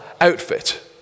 outfit